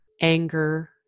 anger